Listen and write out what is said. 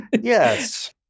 Yes